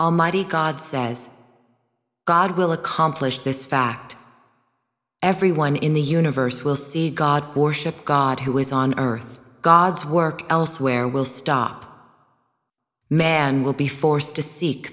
almighty god says god will accomplish this fact everyone in the universe will see god warship god who is on earth god's work elsewhere will stop man will be forced to seek